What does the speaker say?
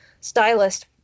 stylist